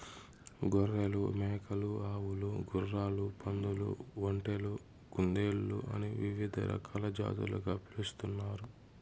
గొర్రెలు, మేకలు, ఆవులు, గుర్రాలు, పందులు, ఒంటెలు, కుందేళ్ళు అని వివిధ రకాల జాతులుగా పిలుస్తున్నారు